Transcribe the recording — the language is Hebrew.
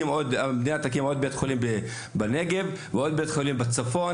אם המדינה תקים עוד בית חולים בנגב ועוד בית חולים בצפון,